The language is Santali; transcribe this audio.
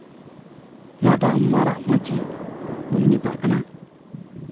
ᱡᱟᱸᱦᱟᱴᱟᱜ ᱢᱟᱨᱟᱜ ᱢᱟᱹᱪᱤ ᱵᱚᱱ ᱢᱮᱛᱟᱜ ᱠᱟᱱᱟ